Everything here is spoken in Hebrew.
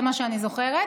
זה מה שאני זוכרת.